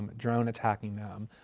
um drone attacking them,